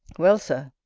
well, sir,